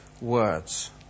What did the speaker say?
words